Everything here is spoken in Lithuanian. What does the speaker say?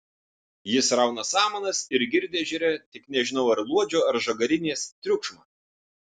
jis rauna samanas ir girdi ežere tik nežinau ar luodžio ar žagarinės triukšmą